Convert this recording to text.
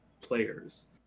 players